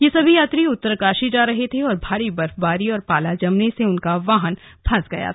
यह सभी यात्री उत्तरकाशी जा रहे थे और भारी बर्फबारी और पाला जमने से उनका वाहन फंस गया था